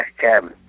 cabin